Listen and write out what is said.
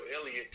Elliott